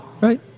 right